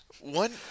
One